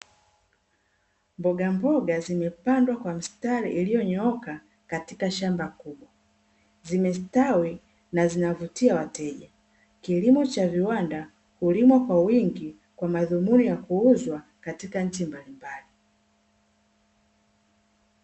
Mbogamboga zimepandwa kwa mistari iliyonyooka katika shamba kubwa, zimestawi na zinavutia wateja. Kilimo cha viwanda hulimwa kwa wingi kwa madhumuni ya kuuzwa katika nchi mbalimbali.